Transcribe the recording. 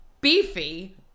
beefy